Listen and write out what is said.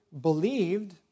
believed